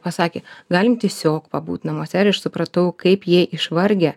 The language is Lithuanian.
pasakė galim tiesiog pabūt namuose ir aš supratau kaip jie išvargę